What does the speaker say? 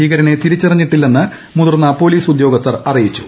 ഭീകരനെ തിരിച്ചറിഞ്ഞിട്ടില്ലെന്ന് മുതിർന്ന പോലീസ് ഉദ്യോഗസ്ഥൻ അറിയിച്ചു